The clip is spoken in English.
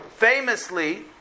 Famously